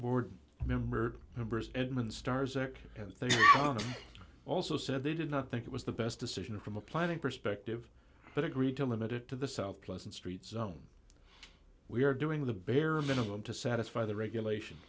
board member members edmonds stars eric and also said they did not think it was the best decision from a planning perspective but agreed to limit it to the south pleasant street zone we're doing the bare minimum to satisfy the regulation